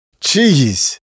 jeez